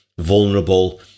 vulnerable